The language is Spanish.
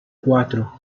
cuatro